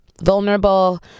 vulnerable